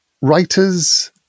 writers